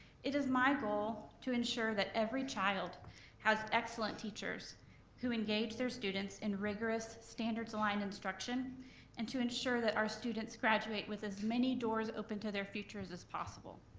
it is my goal to ensure that every child has excellent teachers who engage their students in rigorous standards line instruction and to ensure that our students graduate with as many doors open to their futures as possible.